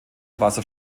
wasser